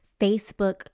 Facebook